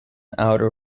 outer